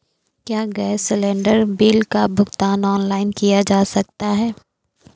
क्या gas cylinder bill का भुगतान ऑनलाइन किया जा सकता है?